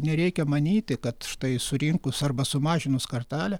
nereikia manyti kad štai surinkus arba sumažinus kartelę